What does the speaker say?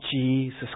Jesus